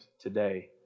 today